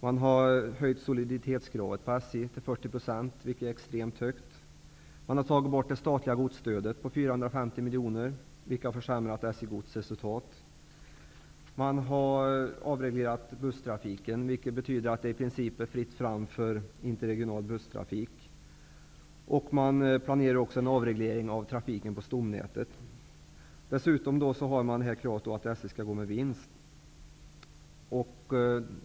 Man har höjt SJ:s soliditetsgrad till 40 %, vilket är extremt högt. Man har tagit bort det statliga godsstödet på 450 000 miljoner, vilket har försämrat SJ Gods resultat. Man har avreglerat busstrafiken, vilket betyder att det i princip är fritt fram för interregional busstrafik. Man planerar en avreglering av trafiken på stomnätet. Dessutom har man kravet att SJ skall gå med vinst.